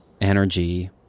energy